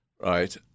right